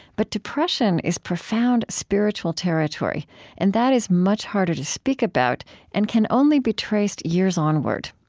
but depression is profound spiritual territory and that is much harder to speak about and can only be traced years onward.